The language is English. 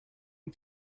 you